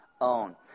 own